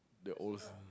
the old